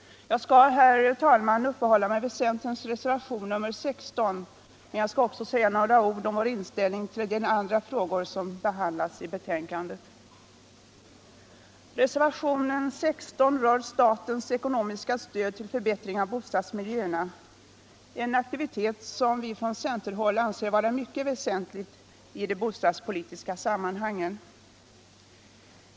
Jag skall, herr talman, uppehålla mig vid centerns reservation nr 16 men också säga några ord om vår inställning i en del andra frågor som har behandlats i betänkandet. Reservationen 16 rör statens ekonomiska stöd till förbättring av bostadsmiljöerna — en aktivitet som vi från centerhåll anser vara mycket väsentlig i de bostadspolitiska sammanhangen.